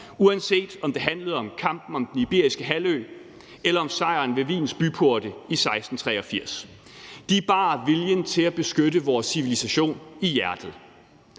uanset om det handlede om kampen om den iberiske halvø eller sejren ved Wiens byporte i 1693. De bar viljen til at beskytte vores civilisation i hjertet.